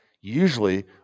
usually